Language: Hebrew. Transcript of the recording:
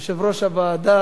בעד,